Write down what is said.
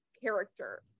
character